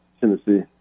Tennessee